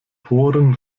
poren